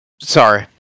sorry